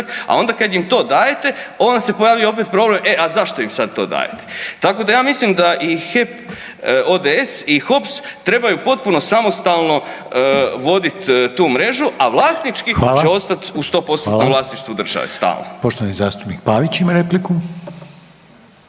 a onda kad im to dajete, onda se pojavljuje opet problem, e a zašto im sad to dajete. Tako da ja mislim da i HEP ODS i HOPS trebaju potpuno samostalno voditi tu mrežu, a vlasnički će .../Upadica: Hvala.